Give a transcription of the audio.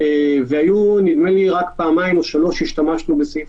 זה נקרא להיתמם.